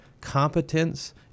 competence